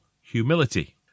humility